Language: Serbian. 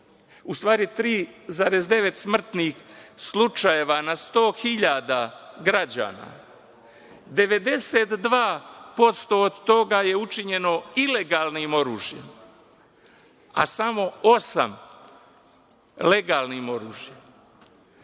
u stvari 3,9 smrtnih slučajeva na 100 hiljada građana, 92% od toga je učinjeno ilegalnim oružjem, a samo 8% legalnim oružjem.